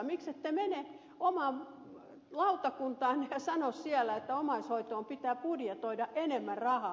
miksette mene omaan lautakuntaanne ja sano siellä että omaishoitoon pitää budjetoida enemmän rahaa